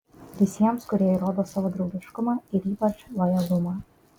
visiems kurie įrodo savo draugiškumą ir ypač lojalumą